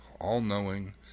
all-knowing